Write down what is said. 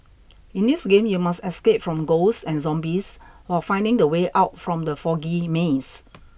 in this game you must escape from ghosts and zombies while finding the way out from the foggy maze